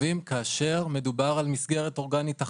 טובים כאשר מדובר במסגרת אורגנית אחת.